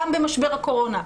גם במשבר הקורונה,